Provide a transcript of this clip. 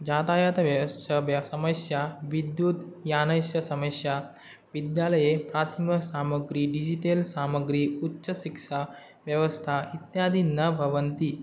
यातायातव्यवस्थाभ्यः समस्या विद्युद् यानस्य समस्य विद्यालये प्रथमसामग्री डिजिटेल् सामग्री उच्चशिक्षाव्यवस्था इत्यादि न भवन्ति